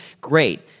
great